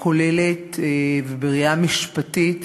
כוללת ובראייה משפטית